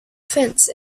fence